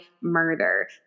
murder